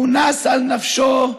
הוא נס על נפשו,